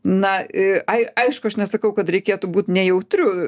na i ai aišku aš nesakau kad reikėtų būt nejautriu